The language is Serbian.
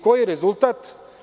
Koji je rezultat?